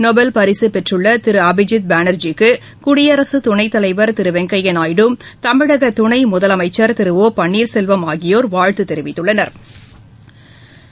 Nobel பரிசு பெற்றுள்ள திரு அபிஜித் பானா்ஜிக்கு குடியரசு துணைத்தலைவர் திரு வெங்கையா நாயுடு தமிழக துணை முதலமைச்சா் திரு ஒ பன்னீாசெல்வம் ஆகியோா் வாழ்த்து தெரிவித்துள்ளனா